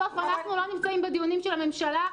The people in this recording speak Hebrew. בסוף אנחנו לא נמצאים בדיונים של הממשלה.